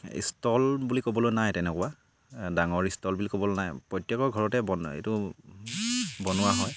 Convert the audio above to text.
stall বুলি ক'বলৈ নাই তেনেকুৱা ডাঙৰ ষ্টল বুলি ক'বলৈ নাই প্ৰত্যেকৰ ঘৰতে বনোৱা এইটো বনোৱা হয়